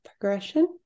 progression